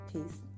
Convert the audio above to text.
Peace